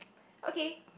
okay